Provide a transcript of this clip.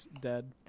Dead